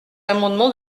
amendement